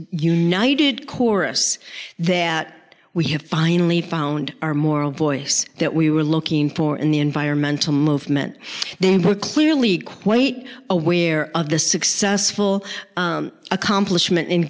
united chorus that we have finally found our moral voice that we were looking for in the environmental movement they were clearly quite aware of the successful accomplishment